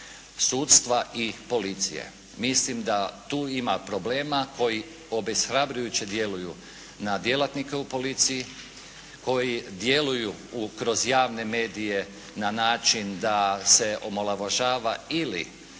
sudstva i policije. Mislim da tu ima problema koji obeshrabrujuće djeluju na djelatnike u policiji, koji djeluju kroz javne medije na način da se omalovažava ili